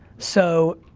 so,